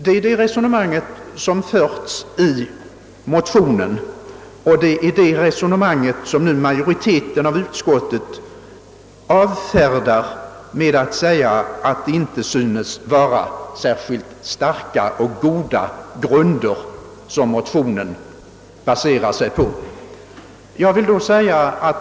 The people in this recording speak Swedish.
Det är detta resonemang som har förts i motionen och som nu majoriteten i utskottet avfärdar med att det inte synes vara särskilt starka och goda skäl som motionen baserar sig på.